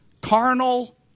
carnal